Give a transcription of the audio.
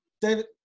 David